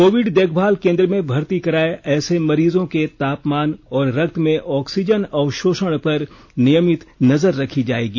Covid देखभाल केंद्र में भर्ती कराए ऐसे मरीजों के तापमान और रक्त में ऑक्सीजन अवशोषण पर नियमित नजर रखी जाएगी